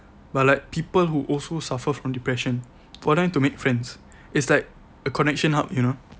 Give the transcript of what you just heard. but like people who also suffer from depression for them to make friends it's like a connection hub you know